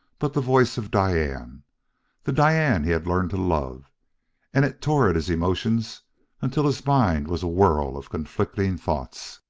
but the voice of diane the diane he had learned to love and it tore at his emotions until his mind was a whirl of conflicting thoughts.